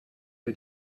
who